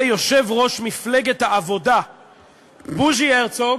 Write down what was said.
יושב-ראש מפלגת העבודה בוז'י הרצוג